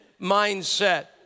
mindset